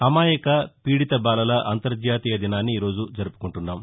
అమాయక పీడిత బాలల అంతర్జాతీయ దినాన్ని ఈరోజు జరుపుకుంటున్నాం